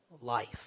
life